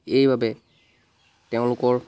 এই বাবে তেওঁলোকৰ